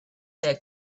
that